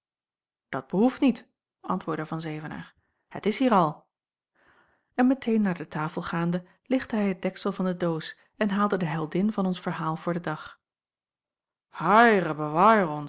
dat behoeft niet antwoordde van zevenaer het is hier al en meteen naar de tafel gaande lichtte hij het deksel van de doos en haalde de heldin van ons verhaal voor den dag